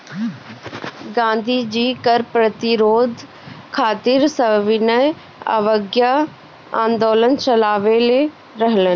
गांधी जी कर प्रतिरोध खातिर सविनय अवज्ञा आन्दोलन चालवले रहलन